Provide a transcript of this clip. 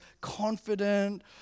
confident